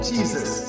Jesus